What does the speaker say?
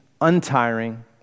untiring